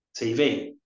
TV